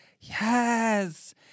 Yes